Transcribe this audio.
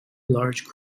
large